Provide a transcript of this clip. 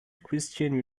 christian